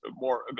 more